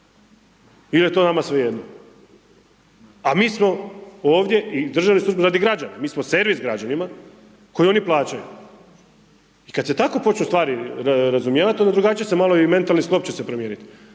il je to nama svejedno? A mi smo ovdje i državni službenici radi građana, mi smo servis građanima koji oni plaćaju i kad se tako počnu stvari razumijevat, onda drugačije se malo i mentalni sklop će se promijenit.